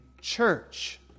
church